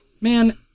Man